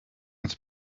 have